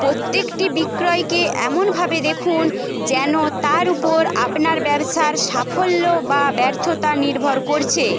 প্রত্যেকটি বিক্রয়কে এমনভাবে দেখুন যেন তার উপর আপনার ব্যবসার সাফল্য বা ব্যর্থতা নির্ভর করছে